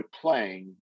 playing